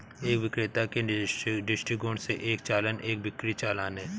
एक विक्रेता के दृष्टिकोण से, एक चालान एक बिक्री चालान है